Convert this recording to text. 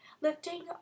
lifting